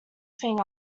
thing